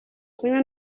kunywa